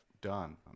done